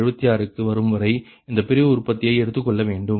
76 க்கு வரும்வரை இந்த பிரிவு உற்பத்தியை எடுத்துக்கொள்ள வேண்டும்